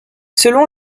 selon